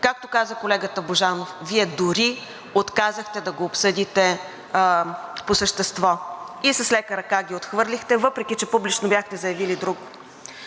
Както каза колегата Божанов, Вие дори отказахте да ги обсъдите по същество. И с лека ръка ги отхвърлихте, въпреки че публично бяхте заявили друго.